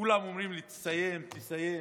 כולם אומרים לי, תסיים, תסיים,